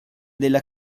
della